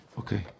Okay